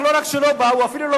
רק רציתי לתת לך הזדמנות.